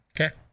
Okay